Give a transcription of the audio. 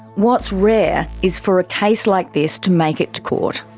what's rare is for a case like this to make it to court.